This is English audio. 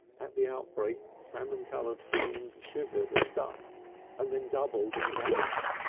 at the outbreak the salmon-coloured flames shivered and ducked and then doubled and vanished,